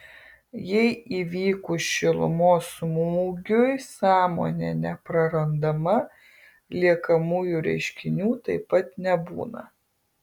jei įvykus šilumos smūgiui sąmonė neprarandama liekamųjų reiškinių taip pat nebūna